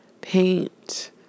Paint